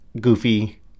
goofy